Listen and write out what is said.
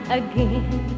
again